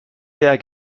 der